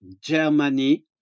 Germany